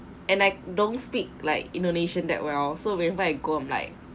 and I don't speak like indonesian that well so wherever I go I'm like